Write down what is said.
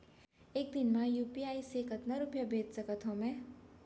एक दिन म यू.पी.आई से कतना रुपिया भेज सकत हो मैं?